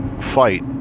fight